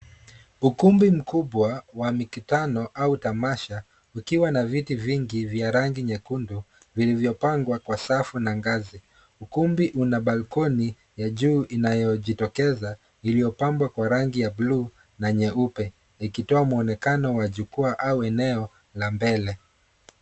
Ukumbi mkubwa wa mikutano au tamasha, ukiwa na viti vingi vya rangi nyekundu, vilivyopangwa kwa safu na ngazi. Ukumbi una balkoni ya juu inayojitokeza, iliyopambwa kwa rangi ya blue na nyeupe, ikitoa mwonekano wa juu au eneo la mbele.